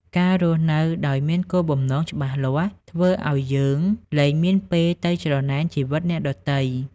ការរស់នៅដោយមាន "គោលបំណង" ច្បាស់លាស់ ធ្វើឱ្យយើងលែងមានពេលទៅច្រណែនជីវិតអ្នកដទៃ។